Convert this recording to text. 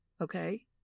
okay